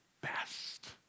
best